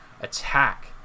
attack